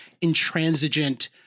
intransigent